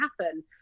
happen